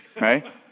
right